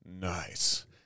nice